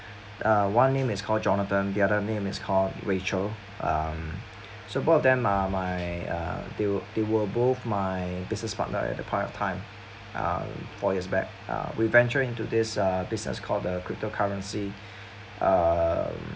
uh one name is called jonathan the other name is called rachel um so both of them are my uh they they were both my business partner at the point of time um four years back uh we ventured into this uh this business called the crypto currency uh